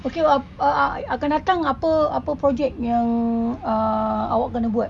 okay what uh uh akan datang apa apa project yang uh awak kena buat